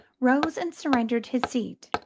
rose and surrendered his seat.